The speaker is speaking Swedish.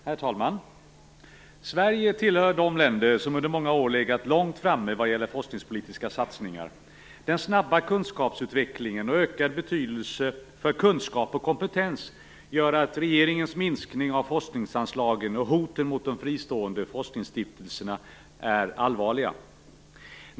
Herr talman! Sverige tillhör de länder som under många år har legat långt framme vad gäller forskningspolitiska satsningar. Den snabba kunskapsutvecklingen och den ökade betydelsen för kunskap och kompetens gör att regeringens minskning av forskningsanslagen och hoten mot de fristående forskningsstiftelserna är allvarliga.